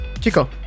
Chico